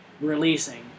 releasing